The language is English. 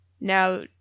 now